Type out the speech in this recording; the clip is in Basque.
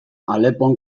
alepon